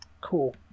Cool